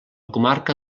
comarca